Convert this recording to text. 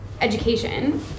education